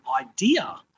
idea